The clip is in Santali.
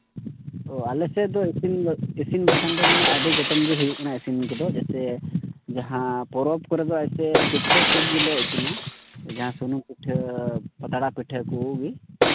ᱚ ᱟᱞᱮ ᱥᱮᱫ ᱫᱚ ᱤᱥᱤᱱ ᱤᱥᱤᱱ ᱵᱟᱥᱟᱝ ᱫᱚ ᱢᱮᱱᱟᱜ ᱟᱹᱰᱤ ᱜᱚᱴᱟᱝ ᱜᱮ ᱦᱩᱭᱩᱜ ᱠᱟᱱᱟ ᱤᱥᱤᱱ ᱠᱚᱫᱚ ᱡᱮᱥᱮ ᱡᱟᱦᱟᱸ ᱯᱚᱨᱚᱵᱽ ᱠᱚᱨᱮ ᱫᱚ ᱮᱭᱥᱮ ᱯᱤᱴᱷᱟᱹ ᱠᱚᱜᱮ ᱞᱮ ᱤᱥᱤᱱᱟ ᱡᱟᱦᱟᱸ ᱥᱩᱱᱩᱢ ᱯᱤᱴᱷᱟᱹ ᱯᱟᱛᱲᱟ ᱯᱤᱴᱷᱟ ᱠᱚᱜᱮ